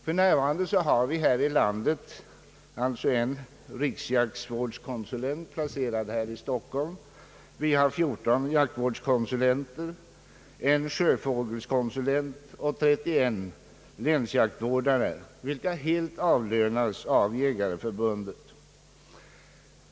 För närvarande har vi i landet en riksjaktvårdskonsulent placerad i Stockholm, 14 jaktvårdskonsulenter, en sjöfågelskonsulent och 31 länsjaktvårdare, vilka helt avlönas av Jägareförbundet.